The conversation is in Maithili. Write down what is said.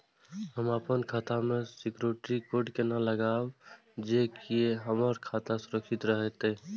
हम अपन खाता में सिक्युरिटी कोड केना लगाव जैसे के हमर खाता सुरक्षित रहैत?